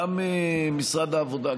גם משרד העבודה,